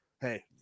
Hey